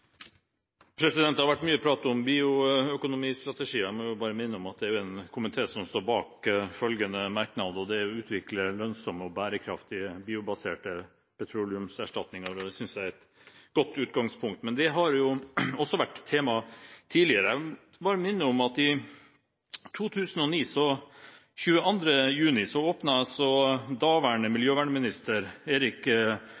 Det har vært mye prat om bioøkonomistrategien, og jeg må bare minne om at det er en samlet komité som står bak merknaden om å utvikle «lønnsomme og bærekraftige biobaserte petroleumserstatninger», og det synes jeg er et godt utgangspunkt. Men dette har også vært tema tidligere. Jeg vil bare minne om at den 22. juni 2009